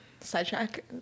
Sidetrack